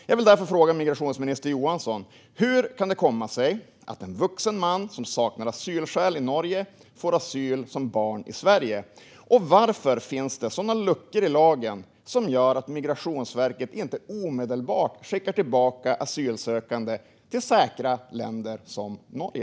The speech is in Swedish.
Jag vill därför fråga migrationsminister Johansson: Hur kan det komma sig att en vuxen man som saknar asylskäl i Norge får asyl som barn i Sverige, och varför finns det luckor i lagen som gör att Migrationsverket inte omedelbart skickar tillbaka asylsökande till säkra länder som Norge?